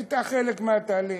הייתה חלק מהתהליך,